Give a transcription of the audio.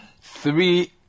three